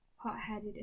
Hot-headed